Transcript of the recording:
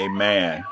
Amen